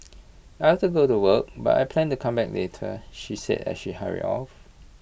I have to go to work but I plan to come back later she said as she hurry off